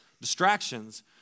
distractions